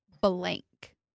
blank